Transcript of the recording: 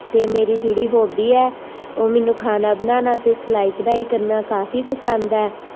ਅਤੇ ਮੇਰੀ ਜਿਹੜੀ ਹੋਬੀ ਹੈ ਉਹ ਮੈਨੂੰ ਖਾਣਾ ਬਣਾਉਣਾ ਅਤੇ ਸਿਲਾਈ ਕਢਾਈ ਕਰਨਾ ਕਾਫੀ ਪਸੰਦ ਹੈ